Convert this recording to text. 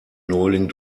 neuling